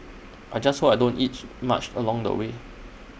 I just hope I don't each much along the way